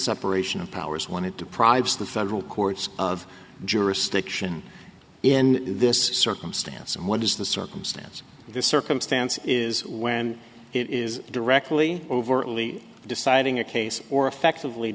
separation of powers when it deprives the federal courts of jurisdiction in this circumstance and what is the circumstance this circumstance is when it is directly overtly deciding a case or effectively